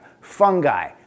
fungi